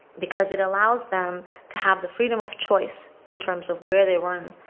because it allows them to have the freedom of choice in terms of where they run,